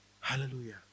Hallelujah